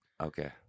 Okay